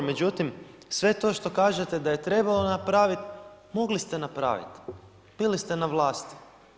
Međutim sve to što kažete da je trebalo napraviti, mogli ste napraviti, bili ste na vlasti.